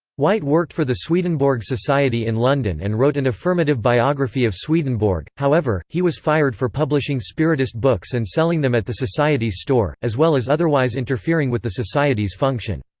white worked for the swedenborg society in london and wrote an affirmative biography of swedenborg. however, he was fired for publishing spiritist books and selling them at the society's store, as well as otherwise interfering with the society's function.